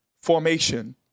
formation